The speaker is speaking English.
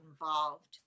involved